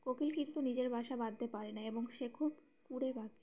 কোকিল কিন্তু নিজের বাসা বাঁধতে পারে না এবং সে খুব কুড়ে পাখি